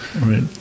Right